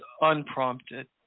unprompted